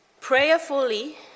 prayerfully